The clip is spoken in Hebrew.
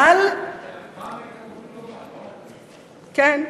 אבל, פעם הייתה תוכנית, כן.